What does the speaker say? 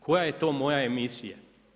Koja je to moja emisija?